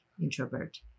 introvert